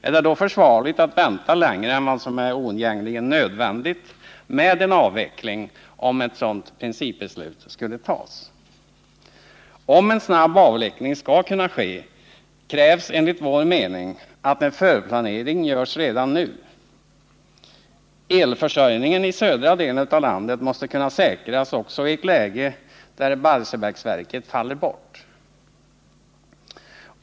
Är det då försvarligt att vänta längre än vad som är oundgängligen nödvändigt med en avveckling, om ett principbeslut härom skulle fattas? Om en snabb avveckling skall kunna ske krävs enligt vår mening att en förplanering görs redan nu. Elförsörjningen i södra delen av landet måste kunna säkras också i ett läge då Barsebäcksverket faller bort.